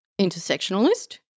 intersectionalist